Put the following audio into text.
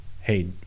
hey